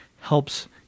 helps